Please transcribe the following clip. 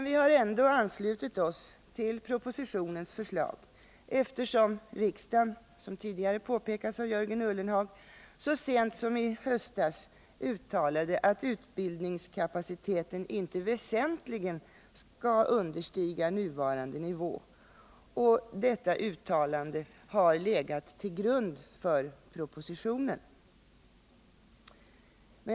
Vi har ändå anslutit oss till propositionens förslag, eftersom riksdagen, som tidigare påpekats av Jörgen Ullenhag, så sent som i höstas uttalade att utbildningskapaciteten inte väsentligen skall understiga nuvarande nivå. Detta uttalande har legat till grund för propositionen.